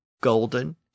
golden